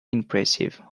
impressive